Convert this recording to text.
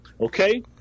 Okay